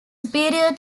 superior